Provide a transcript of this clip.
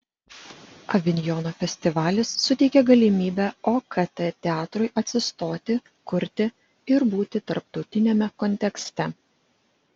avinjono festivalis suteikė galimybę okt teatrui atsistoti kurti ir būti tarptautiniame kontekste